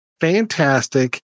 fantastic